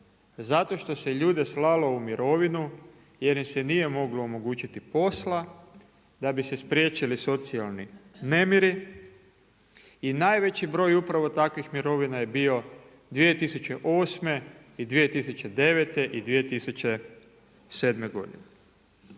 Zato što se ljude slalo u mirovinu, jer im se nije moglo omogućiti posla da bi se spriječili socijalni nemiri. I najveći broj upravo takvih mirovina je bio 2008. i 2009. i 2007. godine.